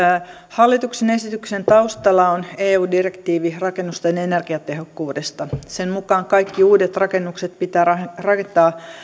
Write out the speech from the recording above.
hallituksen esityksen taustalla on eu direktiivi rakennusten energiatehokkuudesta sen mukaan kaikki uudet rakennukset pitää rakentaa